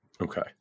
Okay